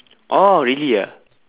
oh really ah